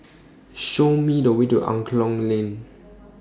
Show Me The Way to Angklong Lane